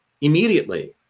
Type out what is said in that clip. immediately